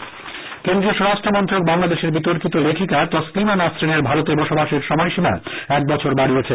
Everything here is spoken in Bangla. তসলিমা কেন্দ্রীয় স্বরাষ্ট্রমন্ত্রক বাংলাদেশের বিতর্কিত লেখিকা তসলিমা নাসরিনের ভারতে বসবাসের সময়সীমা এক বছর বাডিয়েছে